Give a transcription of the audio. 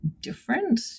different